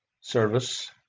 service